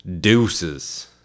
Deuces